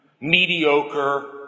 mediocre